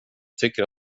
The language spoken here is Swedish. tycker